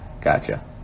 Gotcha